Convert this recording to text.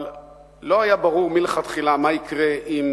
אבל לא היה ברור מלכתחילה מה יקרה אם